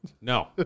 No